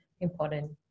important